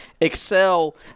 excel